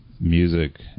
music